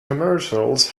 commercials